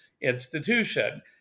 institution